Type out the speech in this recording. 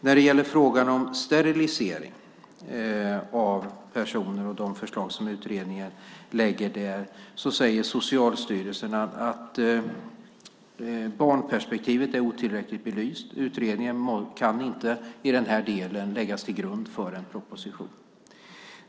När det gäller frågan om sterilisering av personer och det förslag som utredningen lägger fram där säger Socialstyrelsen att barnperspektivet är otillräckligt belyst och att utredningen i den delen inte kan läggas till grund för en proposition.